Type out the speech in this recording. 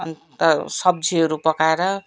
अनि त सब्जीहरू पकाएर